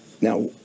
Now